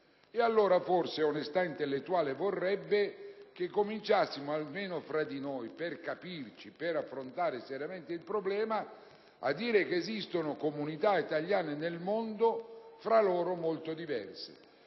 Allora, forse, onestà intellettuale vorrebbe che cominciassimo almeno fra noi, per capirci e affrontare seriamente il problema, a dire che esistono comunità italiane nel mondo tra loro molto diverse,